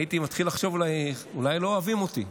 הייתי מתחיל לחשוב שאולי לא אוהבים אותי,